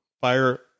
Fire